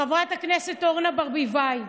חברת הכנסת אורנה ברביבאי.